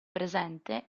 presente